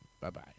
Bye-bye